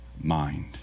mind